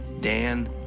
Dan